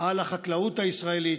על החקלאות הישראלית,